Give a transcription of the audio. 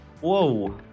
whoa